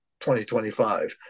2025